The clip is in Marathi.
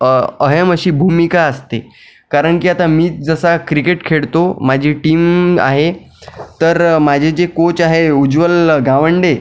अहम अशी भूमिका असते कारण की आता मी जसा क्रिकेट खेळतो माझी टीम आहे तर माझे जे कोच आहे उज्वल गावंडे